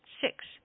Six